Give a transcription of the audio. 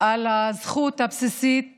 על הזכות הבסיסית